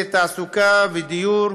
בנושאי תעסוקה ודיור,